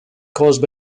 caused